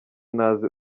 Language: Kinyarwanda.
ntazi